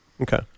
Okay